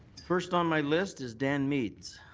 first on my list is dan meads.